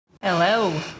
Hello